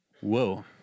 Whoa